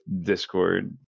Discord